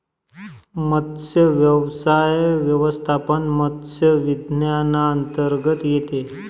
मत्स्यव्यवसाय व्यवस्थापन मत्स्य विज्ञानांतर्गत येते